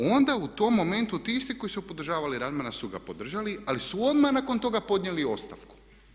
Onda u tom momentu ti isti koji su podržavali Radmana su ga podržali, ali su odmah nakon toga podnijeli ostavku.